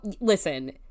listen